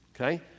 Okay